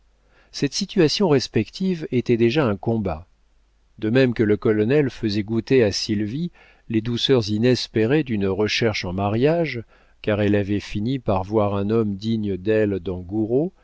cette situation respective était déjà un combat de même que le colonel faisait goûter à sylvie les douceurs inespérées d'une recherche en mariage car elle avait fini par voir un homme digne d'elle